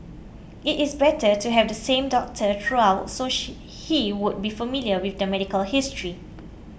it is better to have the same doctor throughout so she he would be familiar with the medical history